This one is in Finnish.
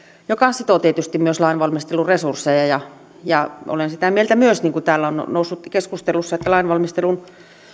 joka sitoo tietysti myös lainvalmistelun resursseja olen myös sitä mieltä niin kuin täällä on noussut keskustelussa että lainvalmisteluun